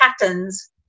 patterns